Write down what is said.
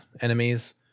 enemies